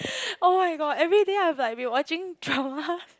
[oh]-my-god everyday I'll be like be watching dramas